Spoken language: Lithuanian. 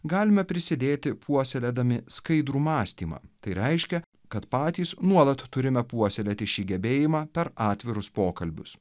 galime prisidėti puoselėdami skaidrų mąstymą tai reiškia kad patys nuolat turime puoselėti šį gebėjimą per atvirus pokalbius